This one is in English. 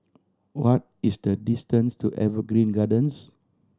what is the distance to Evergreen Gardens